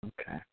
Okay